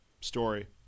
story